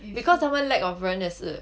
because 他们 lack of 人也是